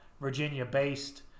Virginia-based